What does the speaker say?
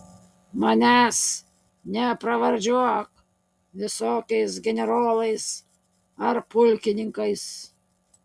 manęs nepravardžiuok visokiais generolais ar pulkininkais